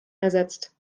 ersetzt